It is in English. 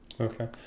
Okay